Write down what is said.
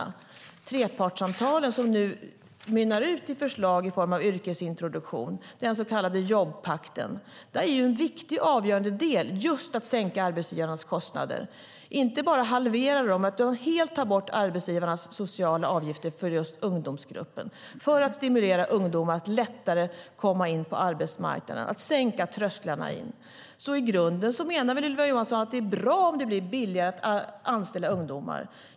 Det handlar om de trepartssamtal som nu mynnar ut i förslag i form av yrkesintroduktion, den så kallade jobbpakten. En viktig och avgörande del i detta är just att sänka arbetsgivarnas kostnader. De ska inte bara halveras, utan man ska helt ta bort arbetsgivarnas sociala avgifter för ungdomsgruppen för att stimulera ungdomar att lättare komma in på arbetsmarknaden och för att sänka trösklarna. I grunden menar alltså Ylva Johansson att det är bra om det blir billigare att anställa ungdomar.